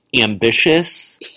ambitious